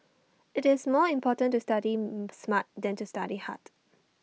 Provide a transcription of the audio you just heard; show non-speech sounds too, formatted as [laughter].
IT is more important to study [hesitation] smart than to study hard